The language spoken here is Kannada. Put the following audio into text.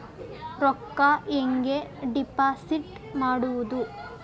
ರೊಕ್ಕ ಹೆಂಗೆ ಡಿಪಾಸಿಟ್ ಮಾಡುವುದು?